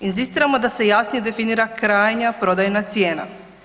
Inzistiramo da se jasnije definira krajnja prodajna cijena.